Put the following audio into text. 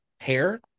Hair